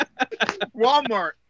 Walmart